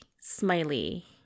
smiley